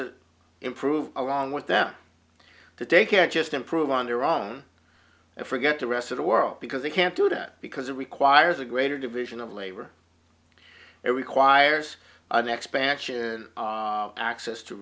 to improve along with them to take care just improve on their own and forget the rest of the world because they can't do that because it requires a greater division of labor it requires an expansion of access to